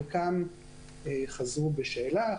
חלקם חזרו בשאלה,